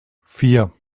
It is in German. vier